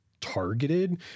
targeted